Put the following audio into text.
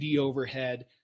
overhead